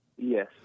Yes